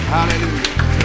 Hallelujah